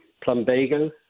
plumbago